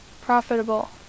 profitable